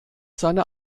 seine